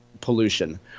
pollution